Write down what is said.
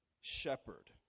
shepherd